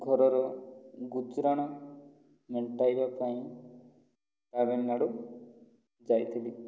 ଘରର ଗୁଜୁରାଣ ମେଣ୍ଟାଇବା ପାଇଁ ତାମିଲନାଡ଼ୁ ଯାଇଥିଲି